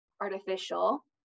artificial